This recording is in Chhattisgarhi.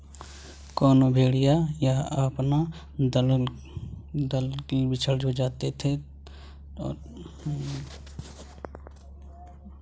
कोनो भेड़िया ह अपन दल ले बिछड़ जाथे त ओला खोजना बिकट कठिन हो जाथे